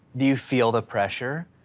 do you feel the pressure?